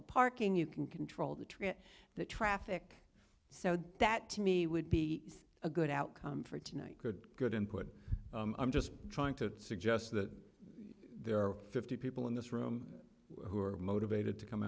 the parking you can control the trip the traffic so that to me would be a good outcome for tonight good good input i'm just trying to suggest that there are fifty people in this room who are motivated to come